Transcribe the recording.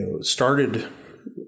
started